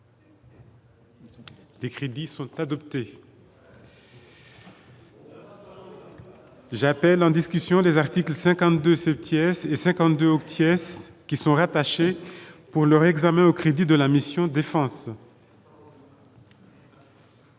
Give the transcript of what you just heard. Des crédits sont adoptés. J'appelle en discussion des articles 52 7ème 52 obtient qui sont rattachés pour leur examen au crédits de la mission défense.